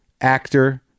actor